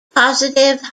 positive